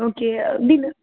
okay